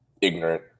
ignorant